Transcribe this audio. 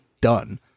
done